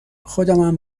خودمم